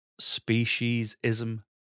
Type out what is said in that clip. speciesism